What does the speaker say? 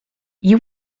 you